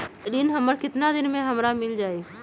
ऋण हमर केतना दिन मे हमरा मील जाई?